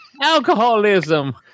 Alcoholism